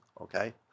Okay